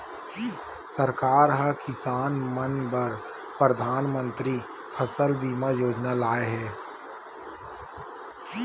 सरकार ह किसान मन बर परधानमंतरी फसल बीमा योजना लाए हे